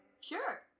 Sure